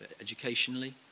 educationally